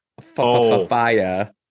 fire